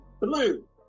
blue